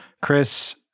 Chris